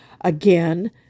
Again